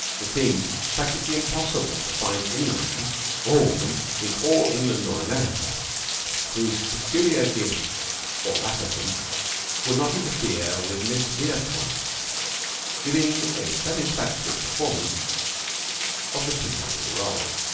it seemed practically impossible to find any man or woman in all england or america whose peculiar gifts or lack of them would not interfere with miss verepoint's giving a satisfactory performance of the principal role.